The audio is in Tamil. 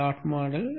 dot model